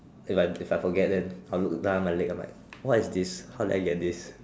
feel like if I forget them how look I am what is this how did I get this